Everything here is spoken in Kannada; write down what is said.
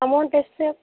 ಅಮೌಂಟ್ ಎಷ್ಟು ರೀ